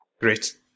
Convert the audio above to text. Great